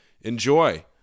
Enjoy